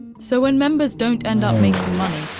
so when members don't end up making money,